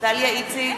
דליה איציק,